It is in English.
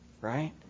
right